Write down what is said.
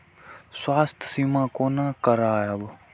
स्वास्थ्य सीमा कोना करायब?